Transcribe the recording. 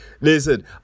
Listen